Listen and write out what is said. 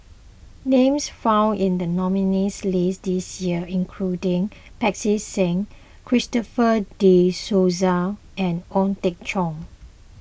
names found in the nominees' list this year including Pancy Seng Christopher De Souza and Ong Teng Cheong